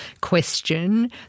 question